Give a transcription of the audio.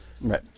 Right